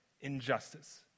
injustice